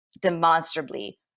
demonstrably